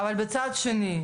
אבל מצד שני,